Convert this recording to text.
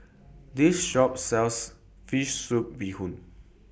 This Shop sells Fish Soup Bee Hoon